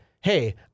hey